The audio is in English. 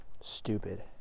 stupid